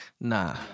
Nah